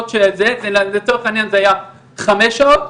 לצורך העניין זה היה חמש שעות,